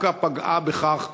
פגעה דווקא בכך.